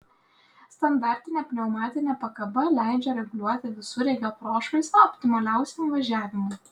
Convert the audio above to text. standartinė pneumatinė pakaba leidžia reguliuoti visureigio prošvaisą optimaliausiam važiavimui